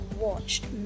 watched